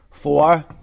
Four